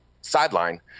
sideline